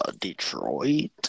Detroit